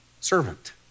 servant